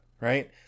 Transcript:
Right